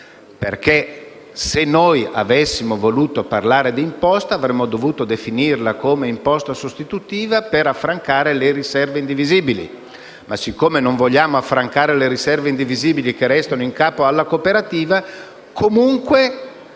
Se avessimo voluto parlare d'imposta, avremmo dovuto definirla come imposta sostitutiva per affrancare le riserve indivisibili. Ma siccome non vogliamo affrancare le riserve indivisibili che restano in capo alla cooperativa, costringiamo